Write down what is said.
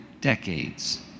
decades